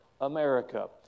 America